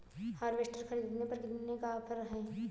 Harvester ख़रीदने पर कितनी का ऑफर है?